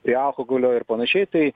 pri aukogolio ir panašiai tai